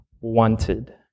wanted